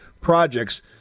projects